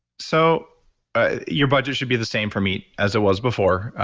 so ah your budget should be the same for meat as it was before,